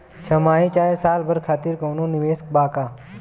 छमाही चाहे साल भर खातिर कौनों निवेश बा का?